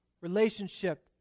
relationship